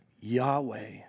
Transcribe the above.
Yahweh